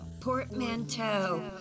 portmanteau